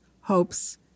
hopes